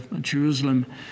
Jerusalem